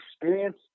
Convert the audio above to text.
Experience